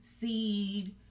seed